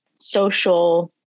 social